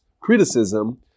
criticism